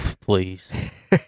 Please